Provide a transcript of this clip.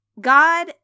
God